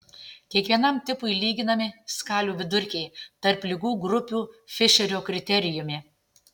kiekvienam tipui lyginami skalių vidurkiai tarp ligų grupių fišerio kriterijumi